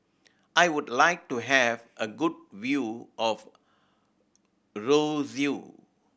I would like to have a good view of Roseau